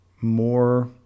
more